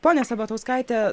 ponia sabatauskaite